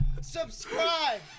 Subscribe